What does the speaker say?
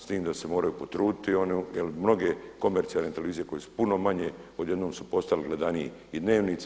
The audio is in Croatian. S tim da se moraju potruditi oni, jer mnoge komercijalne televizije koje su puno manje odjednom su postali gledaniji i Dnevnici.